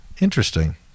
Interesting